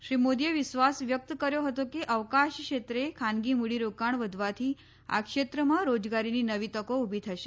શ્રી મોદીએ વિશ્વાસ વ્યક્ત કર્યો હતો કે અવકાશ ક્ષેત્રે ખાનગી મૂડીરોકાણ વધવાથી આ ક્ષેત્રમાં રોજગારીની નવી તકો ઉભી થશે